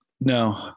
No